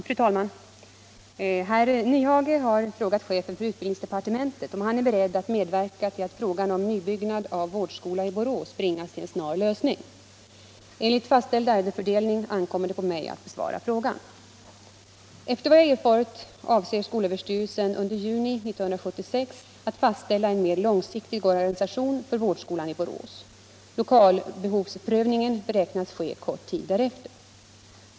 Fru talman! Herr Nyhage har frågat chefen för utbildningsdepartementet om han är beredd att medverka till att frågan om nybyggnad av vårdskola i Borås bringas till snar lösning. Enligt fastställd ärendefördelning ankommer det på mig att besvara frågan. Efter vad jag erfarit avser skolöverstyrelsen under juni 1976 att fastställa en mera långsiktig organisation för vårdskolan i Borås. Lokalbehovsprövningen beräknas ske kort tid därefter.